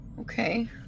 Okay